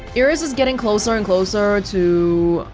is is getting closer and closer to.